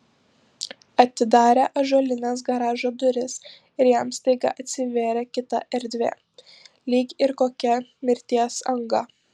atidarė ąžuolines garažo duris ir jam staiga atsivėrė kita erdvė lyg ir kokia mirties anga